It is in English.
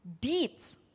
deeds